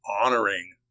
honoring